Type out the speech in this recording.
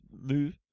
move